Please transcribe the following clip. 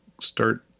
start